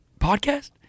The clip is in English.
podcast